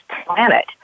planet